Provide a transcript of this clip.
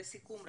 לסיכום,